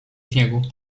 śniegu